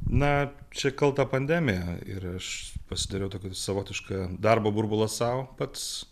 na čia kalta pandemija ir aš pasidariau tokį savotišką darbo burbulą sau pats